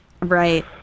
Right